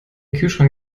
kühlschrank